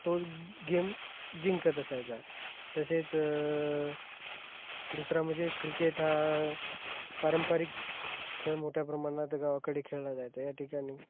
तो गेम जिंकत असायचा तसेच दुसरा म्हणजे क्रिकेट हा पारंपरिक खेळ मोठ्या प्रमाणात गावाकडे खेळला जायचं या ठिकाणी